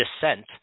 Descent